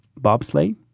bobsleigh